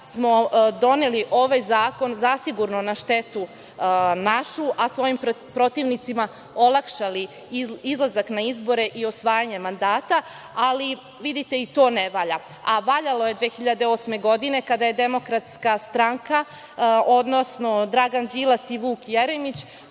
smo doneli ovaj zakon zasigurno na štetu našu, a svojim protivnicima olakšali izlazak na izbore i osvajanjem mandata, ali vidite i to ne valja, a valjalo je 2008. godine, kada je DS, odnosno Dragan Đilas i Vuk Jeremić,